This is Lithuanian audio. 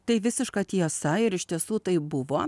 tai visiška tiesa ir iš tiesų taip buvo